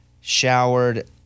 Showered